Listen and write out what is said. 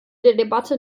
debatte